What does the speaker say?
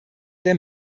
der